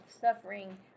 suffering